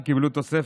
אני לא אמרתי.